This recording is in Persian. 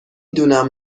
دونم